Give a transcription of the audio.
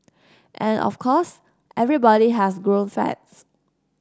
and of course everybody has grown fat